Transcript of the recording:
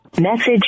Message